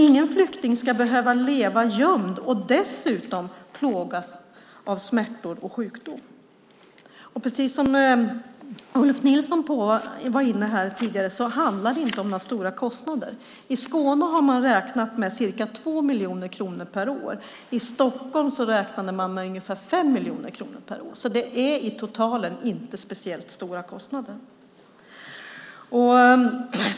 Ingen flykting ska behöva leva gömd och dessutom plågas av smärtor och sjukdom. Som Ulf Nilsson tidigare var inne på här handlar det inte om några stora kostnader. I Skåne har man räknat med ca 2 miljoner kronor per år. I Stockholm räknade man med ungefär 5 miljoner kronor per år. Det är totalt inte speciellt stora kostnader.